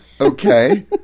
Okay